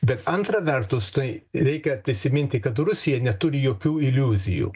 bet antra vertus tai reikia prisiminti kad rusija neturi jokių iliuzijų